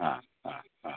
हा हा हा